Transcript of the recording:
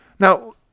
Now